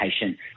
patient